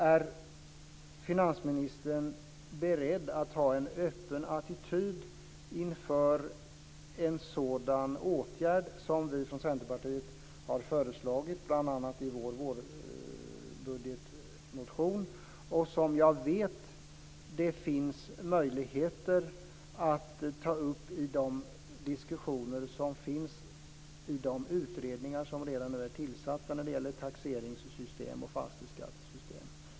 Är finansministern beredd att ha en öppen attityd inför en sådan åtgärd som vi från Centerpartiet har föreslagit, bl.a. i vår vårbudgetmotion. Jag vet att det finns möjligheter att ta upp detta i de diskussioner som förs i de utredningar som redan är tillsatta om taxeringssystem och fastighetsskattesystem.